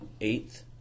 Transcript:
eighth